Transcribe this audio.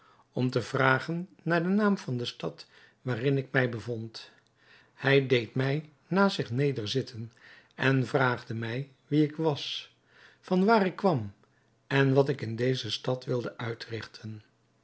om te vragen naar den naam van de stad waarin ik mij bevond hij deed mij naast zich nederzitten en vraagde mij wie ik was van waar ik kwam en wat ik in deze stad wilde uitrigten